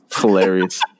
hilarious